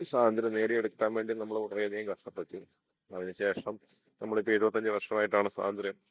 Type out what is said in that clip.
സാതന്ത്ര്യം നേടിയെടുക്കാൻ വേണ്ടി നമ്മൾ വളരെ അധികം കഷ്ടപ്പെട്ടു അതിന് ശേഷം നമ്മൾ ഇപ്പോൾ എഴുപത്തി അഞ്ച് വർഷമായിട്ടാണ് സ്വാതന്ത്ര്യം